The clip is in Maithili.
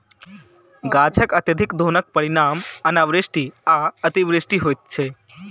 गाछकअत्यधिक दोहनक परिणाम अनावृष्टि आ अतिवृष्टि होइत छै